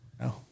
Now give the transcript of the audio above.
No